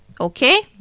okay